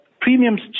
premiums